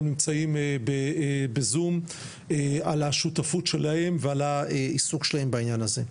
נמצאים ב-zoom על השותפות שלהם ועל העיסוק שלהם בעניין הזה.